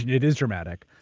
it is dramatic,